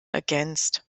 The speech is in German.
ergänzt